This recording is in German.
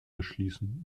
erschließen